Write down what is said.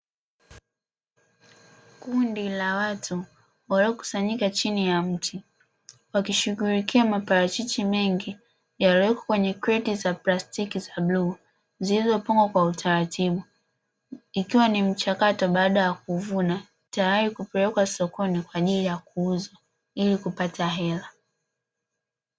Kundi la watu waliokusanyika chini ya mti wakishughulikia maparachichi mengi, yaliyowekwa kwenye kreti za plastiki za bluu zilizopangwa kwa utaratibu, ikiwa ni mchakato baada ya kuvuna tayari kupelekwa sokoni kwa ajili ya kuuzwa ili kupata hela.